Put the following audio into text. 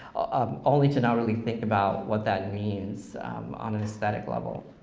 um only to not really think about what that means on an aesthetic level.